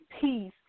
peace